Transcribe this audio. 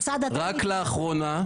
רק לאחרונה,